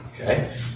Okay